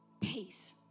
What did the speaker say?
peace